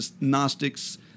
Gnostics